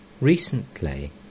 Recently